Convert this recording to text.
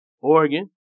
Oregon